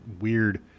weird